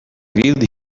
revealed